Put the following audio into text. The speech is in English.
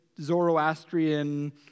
Zoroastrian